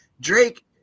Drake